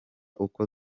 uko